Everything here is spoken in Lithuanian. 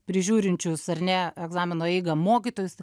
prižiūrinčius ar ne egzamino eigą mokytojus